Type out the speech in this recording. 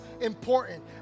important